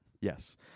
Yes